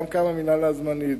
גם קמה מינהלה זמנית,